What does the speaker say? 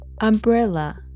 Umbrella